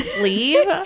leave